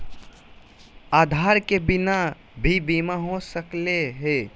आधार के बिना भी बीमा हो सकले है?